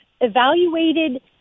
evaluated